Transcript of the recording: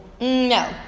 No